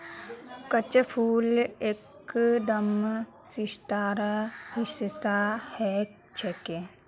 चक्रफूल एकदम सितारार हिस्सा ह छेक